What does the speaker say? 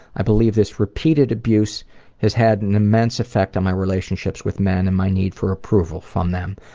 i believe this repeated abuse has had an immense effect on my relationships with men and my need for approval from them.